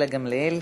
כן,